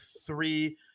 three